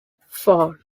four